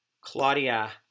Claudia